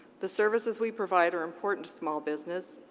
the services we provide are important to small business,